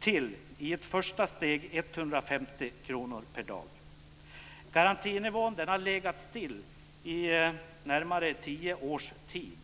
till, i ett första steg, 150 Garantinivån har legat still i närmare tio års tid.